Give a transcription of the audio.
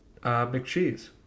McCheese